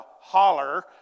holler